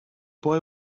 boy